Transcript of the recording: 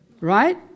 Right